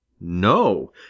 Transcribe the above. No